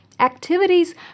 activities